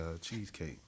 cheesecake